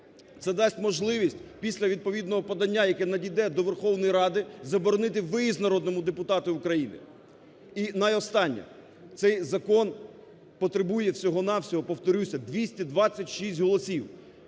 це дасть можливість після відповідного подання, яке надійде до Верховної Ради, заборонити виїзд народному депутату України. І останнє. Цей закон потребує всього-на-всього, повторюся, 226 голосів.